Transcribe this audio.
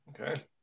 Okay